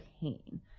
pain